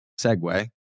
segue